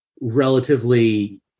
relatively